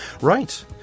Right